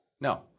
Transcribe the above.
No